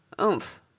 Oomph